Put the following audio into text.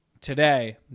today